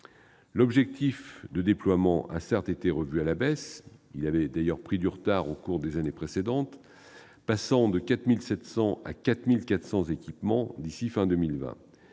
L'objectif de déploiement a, certes, été revu à la baisse, alors qu'il avait déjà pris du retard au cours des années précédentes, passant de 4 700 à 4 400 équipements d'ici à la fin 2020,